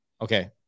Okay